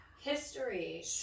history